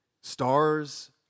stars